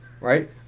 right